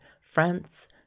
france